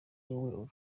wowe